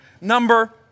number